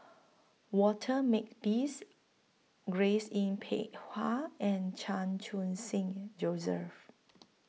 Walter Makepeace Grace Yin Peck Ha and Chan Khun Sing Joseph